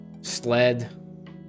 sled